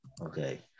Okay